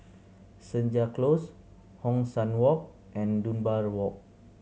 Senja Close Hong San Walk and Dunbar Walk